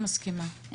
מסכימה.